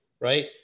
Right